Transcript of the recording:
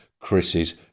Chris's